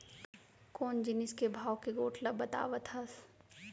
कोन जिनिस के भाव के गोठ ल बतावत हस?